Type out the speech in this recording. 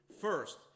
First